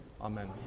Amen